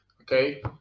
okay